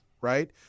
Right